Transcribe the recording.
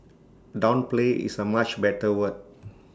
downplay is A much better word